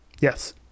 yes